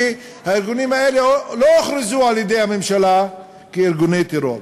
כי הארגונים האלה לא הוכרזו על-ידי הממשלה כארגוני טרור.